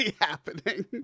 happening